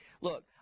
Look